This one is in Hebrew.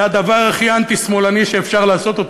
זה הדבר הכי אנטי-שמאלני שאפשר לעשות,